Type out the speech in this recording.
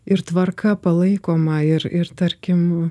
ir tvarka palaikoma ir ir tarkim